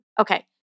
Okay